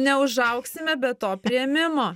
neužaugsime be to priėmimo